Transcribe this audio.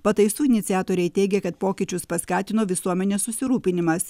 pataisų iniciatoriai teigia kad pokyčius paskatino visuomenės susirūpinimas